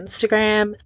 Instagram